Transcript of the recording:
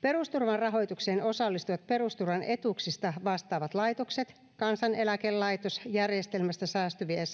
perusturvan rahoitukseen osallistuvat perusturvan etuuksista vastaavat laitokset kansaneläkelaitos järjestelmästä säästyvien